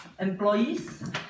Employees